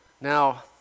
Now